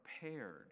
prepared